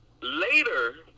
Later